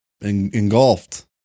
engulfed